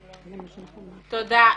תודה.